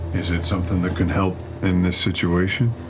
is it something that can help in this situation?